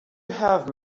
have